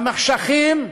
במחשכים,